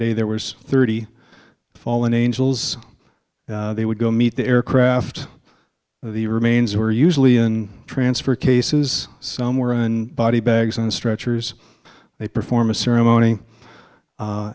day there was thirty fallen angels they would go meet the aircraft the remains were usually in transfer cases some were in body bags on stretchers they perform a ceremony